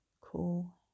cool